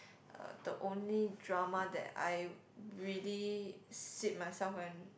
uh the only drama that I really sit myself and